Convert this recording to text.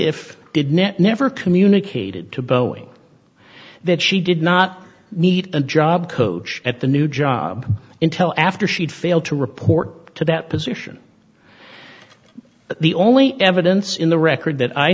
net never communicated to boeing that she did not need a job coach at the new job until after she'd failed to report to that position but the only evidence in the record that i